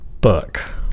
book